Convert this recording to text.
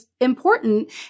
important